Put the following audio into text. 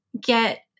get